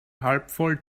halbvoll